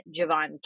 Javon